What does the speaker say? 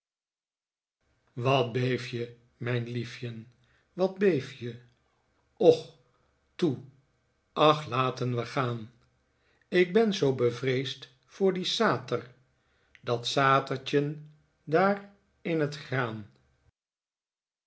wat beef je mijn liefjen wat beef je och toe ach laten we gaan ik ben zoo bevreesd voor dien sater dat satertjen daar in het graan